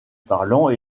parlant